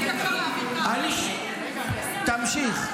עם --- תמשיך,